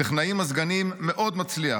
טכנאי מזגנים מאוד מצליח,